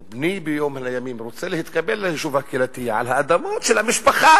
או בני ביום מן הימים רוצה להתקבל ליישוב הקהילתי על האדמות של המשפחה,